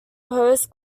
post